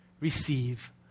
receive